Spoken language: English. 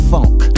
Funk